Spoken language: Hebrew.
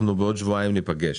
בעוד שבועיים ניפגש,